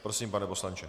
Prosím, pane poslanče.